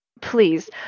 Please